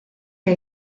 que